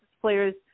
players